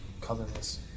colorless